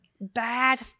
bad